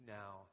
now